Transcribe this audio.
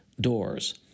doors